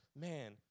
man